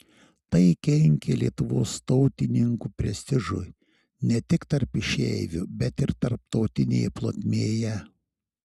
tai kenkė lietuvos tautininkų prestižui ne tik tarp išeivių bet ir tarptautinėje plotmėje